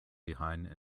behind